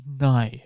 No